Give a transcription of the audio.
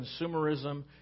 consumerism